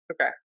Okay